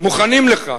מוכנים לכך,